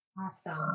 Awesome